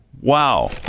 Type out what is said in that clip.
Wow